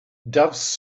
doves